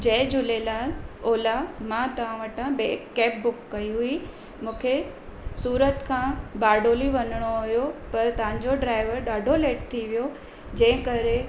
जय Jhulelal Ola मां तव्हां वटां बे कैब बुक कई हुई मूंखे सूरत खां बारडोली वञिणो हुओ पर तव्हांजो ड्राइवर ॾाढो लेट थी वियो जंहिं करे